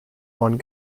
one